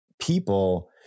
people